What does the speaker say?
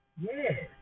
Yes